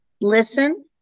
listen